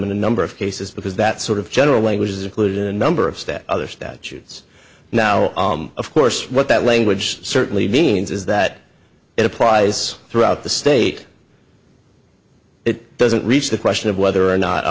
a number of cases because that sort of general language is included in a number of stat other statutes now of course what that language certainly means is that it applies throughout the state it doesn't reach the question of whether or not a